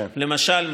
למשל,